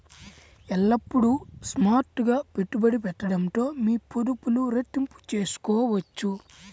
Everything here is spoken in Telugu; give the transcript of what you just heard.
ఎల్లప్పుడూ స్మార్ట్ గా పెట్టుబడి పెట్టడంతో మీ పొదుపులు రెట్టింపు చేసుకోవచ్చు